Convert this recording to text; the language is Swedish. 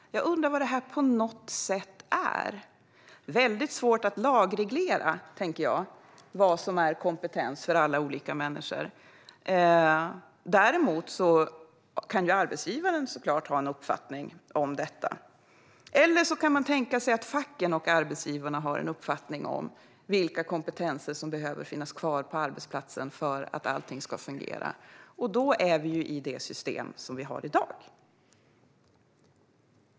Jag undrar vad "på något sätt" innebär. Det är väldigt svårt att lagreglera vad kompetens är för alla olika människor, tänker jag. Däremot kan såklart arbetsgivaren ha en uppfattning om detta. Eller så kan man tänka sig att facken tillsammans med arbetsgivarna har en uppfattning om vilka kompetenser som behöver finnas kvar på arbetsplatsen för att allting ska fungera. Då hamnar vi ju i det system som vi har i dag.